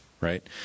right